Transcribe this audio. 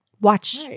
watch